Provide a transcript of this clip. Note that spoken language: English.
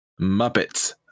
Muppets